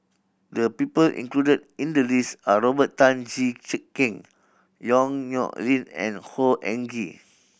the people included in the list are Robert Tan Jee Keng Yong Nyuk Lin and Khor Ean Ghee